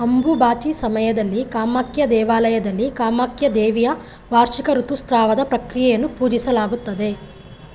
ಅಂಬುಬಾಚಿ ಸಮಯದಲ್ಲಿ ಕಾಮಾಕ್ಯ ದೇವಾಲಯದಲ್ಲಿ ಕಾಮಾಕ್ಯ ದೇವಿಯ ವಾರ್ಷಿಕ ಋತುಸ್ರಾವದ ಪ್ರಕ್ರಿಯೆಯನ್ನು ಪೂಜಿಸಲಾಗುತ್ತದೆ